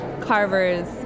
Carver's